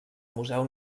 museu